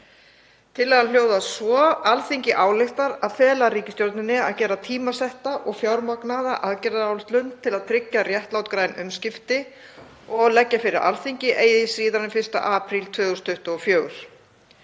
Tillagan hljóðar svo: Alþingi ályktar að fela ríkisstjórninni að gera tímasetta og fjármagnaða aðgerðaáætlun til að tryggja réttlát græn umskipti og leggja fyrir Alþingi eigi síðar en 1. apríl 2024.